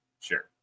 Sure